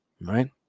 Right